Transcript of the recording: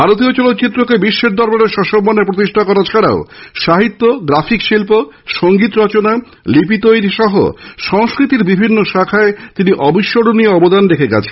ভারতীয় চলচ্চিত্রকে বিশ্বের দরবারে সসম্মানে প্রতিষ্ঠা করা ছাড়াও সাহিত্য গ্রাফিক শিল্প সংগীত রচনা ও লিপি তৈরী সহ সংস্কৃতির বিভিন্ন শাখায় তিনি অবিস্মরণীয় অবদান রেখে গেছেন